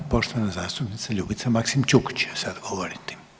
Poštovana zastupnica Ljubica Maksimčuk će sad govoriti.